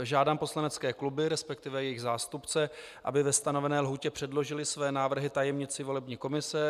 Žádám poslanecké kluby, resp. jejich zástupce, aby ve stanovené lhůtě předložili své návrhy tajemnici volební komise.